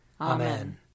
Amen